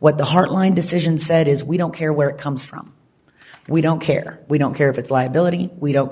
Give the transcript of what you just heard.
what the heartline decision said is we don't care where it comes from we don't care we don't care if it's liability we don't